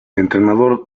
entrenador